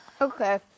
Okay